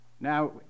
Now